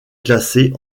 classée